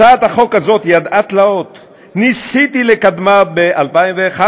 הצעת החוק הזאת ידעה תלאות: ניסיתי לקדמה ב-2011,